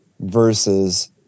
versus